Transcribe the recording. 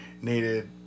needed